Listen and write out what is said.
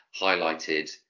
highlighted